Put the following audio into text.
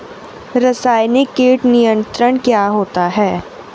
रसायनिक कीट नियंत्रण क्या होता है?